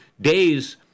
days